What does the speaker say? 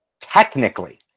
Technically